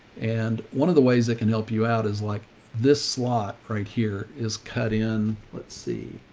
and one of the ways that can help you out is like this slot right here is cut in. let's see,